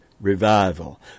revival